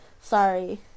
sorry